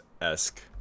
esque